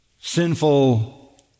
sinful